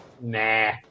Nah